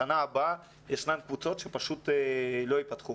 בשנה הבאה ישנן קבוצות שפשוט לא ייפתחו